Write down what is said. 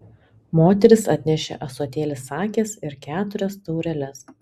moteris atnešė ąsotėlį sakės ir keturias taureles